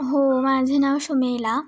हो माझं नाव शुमेला